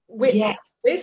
Yes